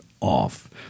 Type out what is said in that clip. off